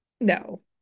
No